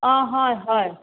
অঁ হয় হয়